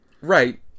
right